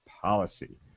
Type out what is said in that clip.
Policy